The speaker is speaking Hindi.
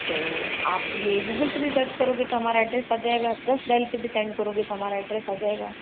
तो आप ये गूगल पे भी सर्च करोगे तो हमारा एड्रेस आ जाएगा जस्टडायल पे भी सेंड करोगे तो हमारा एड्रेस आ जाएगा